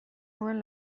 nuen